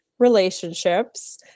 relationships